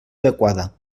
adequada